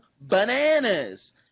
bananas